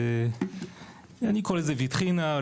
אני קורא לזה ויטרינה,